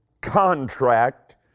contract